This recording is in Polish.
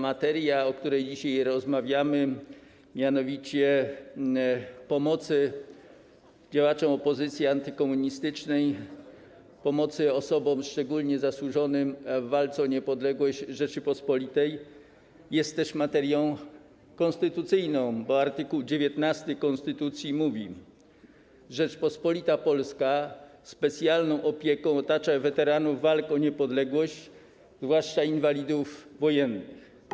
Materia, o której dzisiaj rozmawiamy, pomocy działaczom opozycji antykomunistycznej, pomocy osobom szczególnie zasłużonym w walce o niepodległość Rzeczypospolitej, jest też materią konstytucyjna, bo art. 19 konstytucji mówi: „Rzeczpospolita Polska specjalną opieką otacza weteranów walk o niepodległość, zwłaszcza inwalidów wojennych”